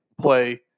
play